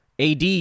AD